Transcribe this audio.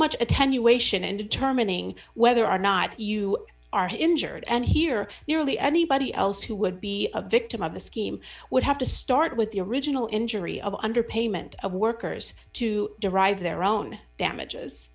much attenuation in determining whether or not you are injured and here nearly anybody else who would be a victim of the scheme would have to start with the original injury of underpayment of workers to derive their own damages